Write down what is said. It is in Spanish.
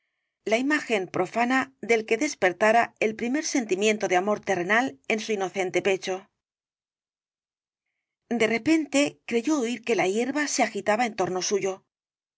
la imagen profana del que despertara el primer sentimiento de amor terrenal en su inocente pecho de repente creyó oir que la hierba se agitaba en torno suyo